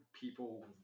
people